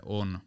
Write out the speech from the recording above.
on